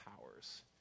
powers